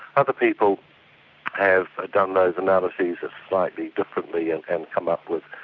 other people have done those analyses slightly differently and come up with,